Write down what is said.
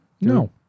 No